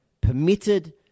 permitted